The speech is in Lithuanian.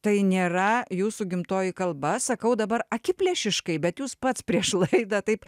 tai nėra jūsų gimtoji kalba sakau dabar akiplėšiškai bet jūs pats prieš laidą taip